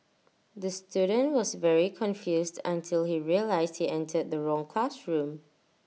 the student was very confused until he realised he entered the wrong classroom